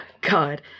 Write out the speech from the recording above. God